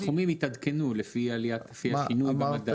הסכומים התעדכנו לפי עלייה, לפי השינוי במדד.